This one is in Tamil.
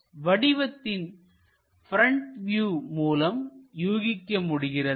வடிவத்தின் ப்ரெண்ட் வியூ மூலம் யூகிக்க முடிகிறதா